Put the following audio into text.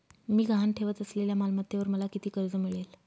मी गहाण ठेवत असलेल्या मालमत्तेवर मला किती कर्ज मिळेल?